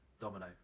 domino